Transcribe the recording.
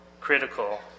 critical